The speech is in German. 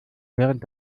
während